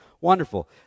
Wonderful